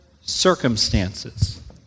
circumstances